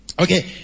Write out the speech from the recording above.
Okay